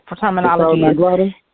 terminology